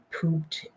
pooped